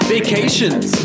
Vacations